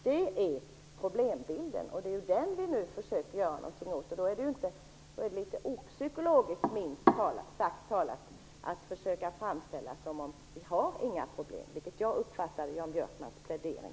Det är problembilden, och det är den vi nu försöker göra någonting åt. Då är det litet opsykologiskt, minst sagt, att försöka framställa det som om vi inte har några problem, vilket jag uppfattade att Jan